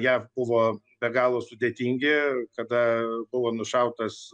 jav buvo be galo sudėtingi kada buvo nušautas